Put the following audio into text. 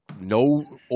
no